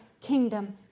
kingdom